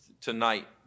tonight